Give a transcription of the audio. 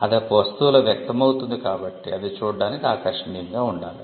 అది ఒక వస్తువులో వ్యక్తమవుతుంది కాబట్టి అది చూడడానికి ఆకర్షణీయంగా ఉండాలి